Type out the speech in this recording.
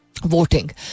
voting